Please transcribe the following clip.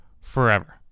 forever